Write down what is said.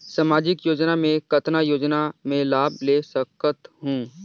समाजिक योजना मे कतना योजना मे लाभ ले सकत हूं?